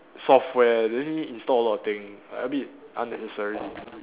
software then need install a lot of thing like a bit unnecessary